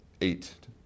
eight